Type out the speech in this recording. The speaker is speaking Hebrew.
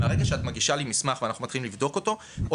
מרגע שאת מגישה לי מסמך ואנחנו מתחילים לבדוק אותו או